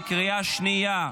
בקריאה השנייה.